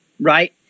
right